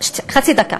חצי דקה.